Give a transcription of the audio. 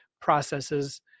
processes